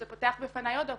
זה פותח בפניי עוד אופציות.